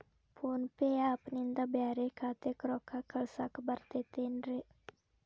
Phone pay app ನಿಂದ ಬ್ಯಾರೆ ಖಾತೆಕ್ ರೊಕ್ಕಾ ಕಳಸಾಕ್ ಬರತೈತೇನ್ರೇ?